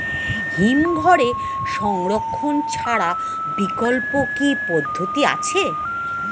হিমঘরে সংরক্ষণ ছাড়া বিকল্প কি পদ্ধতি আছে?